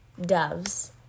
doves